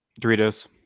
Doritos